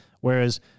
whereas